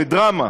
זו דרמה,